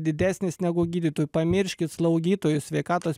didesnis negu gydytojų pamirškit slaugytojus sveikatos